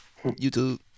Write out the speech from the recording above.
YouTube